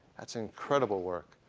that's incredible work.